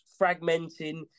fragmenting